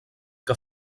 que